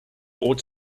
ought